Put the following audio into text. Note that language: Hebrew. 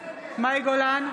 מאי גולן,